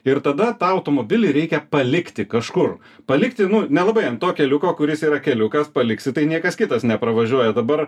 ir tada tą automobilį reikia palikti kažkur palikti nu nelabai an to keliuko kuris yra keliukas paliksi tai niekas kitas nepravažiuoja dabar